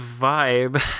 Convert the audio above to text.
vibe